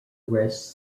rest